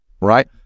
right